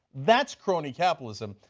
that's crony capitalism,